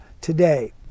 today